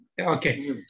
Okay